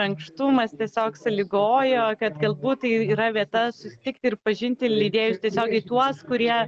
ankštumas tiesiog sąlygojo kad galbūt yra vieta susitikti ir pažinti leidėjus tiesiogiai tuos kurie